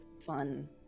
fun